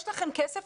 יש לכם כסף?